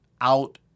out